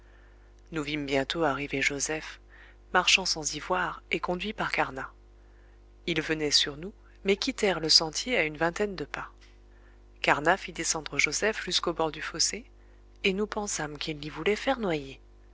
nous vîmes bientôt arriver joseph marchant sans y voir et conduit par carnat ils venaient sur nous mais quittèrent le sentier à une vingtaine de pas carnat fit descendre joseph jusqu'au bord du fossé et nous pensâmes qu'il l'y voulait faire noyer